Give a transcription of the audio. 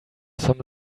some